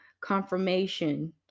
confirmation